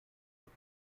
book